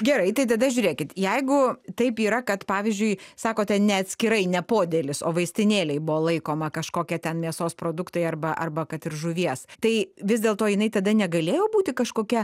gerai tai tada žiūrėkit jeigu taip yra kad pavyzdžiui sakote ne atskirai ne podėlis o vaistinėlėj buvo laikoma kažkokia ten mėsos produktai arba arba kad ir žuvies tai vis dėlto jinai tada negalėjo būti kažkokia